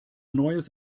neues